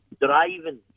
driving